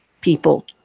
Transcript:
people